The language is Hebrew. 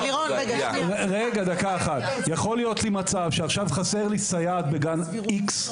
יכול להיות מצב שעכשיו חסרה לי סייעת בגן איקס.